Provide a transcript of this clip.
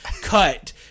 cut